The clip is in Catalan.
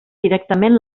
directament